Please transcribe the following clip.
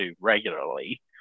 regularly